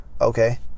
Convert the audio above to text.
Okay